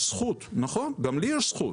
נכון, זכות, גם לי יש זכות.